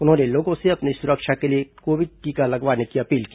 उन्होंने लोगों से अपनी सुरक्षा के लिए टीका लगवाने की अपील की